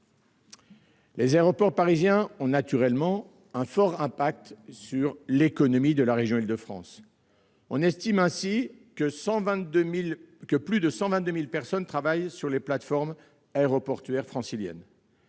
Les aéroports parisiens ont naturellement un fort impact sur l'économie de la région d'Île-de-France. On estime ainsi que plus de 122 000 personnes travaillent sur les plateformes aéroportuaires franciliennes.